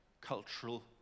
cultural